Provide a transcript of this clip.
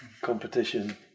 Competition